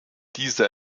dieser